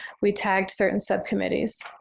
we tagged certain subcommittees.